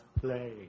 play